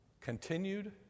Continued